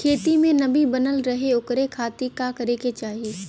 खेत में नमी बनल रहे ओकरे खाती का करे के चाही?